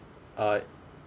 uh